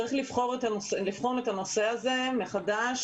צריך לבחון את הנושא הזה מחדש.